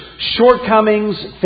shortcomings